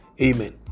Amen